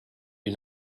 you